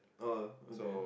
oh okay